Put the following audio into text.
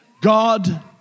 God